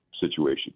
situation